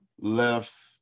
left